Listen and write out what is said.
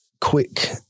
quick